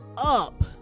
up